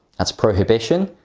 that's prohibition.